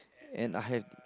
and I had